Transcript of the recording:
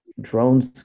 drones